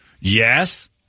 Yes